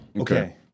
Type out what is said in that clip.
Okay